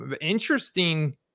interesting